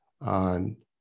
on